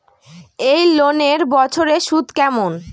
এই লোনের বছরে সুদ কেমন?